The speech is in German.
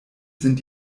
sind